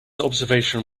observation